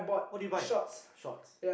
what did you buy shorts